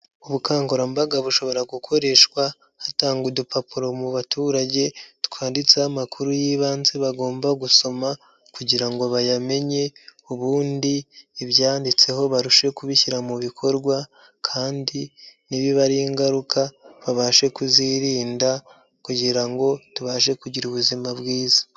Ubukangurambaga bushobora gukoreshwa hatangwa udupapuro mu baturage twanditseho amakuru y'ibanze bagomba gusoma kugira ngo bayamenye ubundi ibyanditseho barushe kubishyira mu bikorwa kandi nibiba ari ingaruka babashe kuzirinda kugira ngo tubashe kugira ubuzima bwiza.